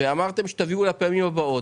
אמרתם שתביאו לפעמים הבאות.